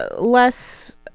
less